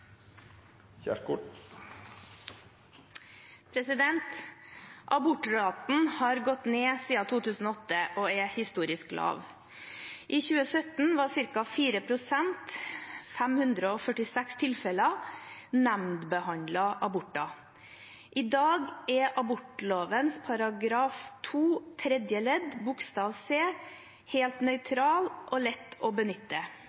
historisk lav. I 2017 var ca. 4 prosent, 546 tilfeller, nemndbehandlede aborter. I dag er abortloven § 2 tredje ledd bokstav c helt nøytral og lett å benytte,